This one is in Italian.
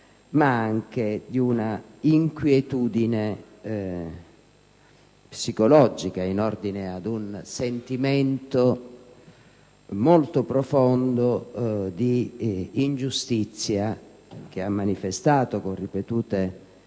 ma anche di un'inquietudine psicologica in ordine ad un sentimento molto profondo di ingiustizia, che ha manifestato con ripetute